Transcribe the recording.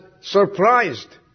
surprised